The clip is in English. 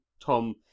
Tom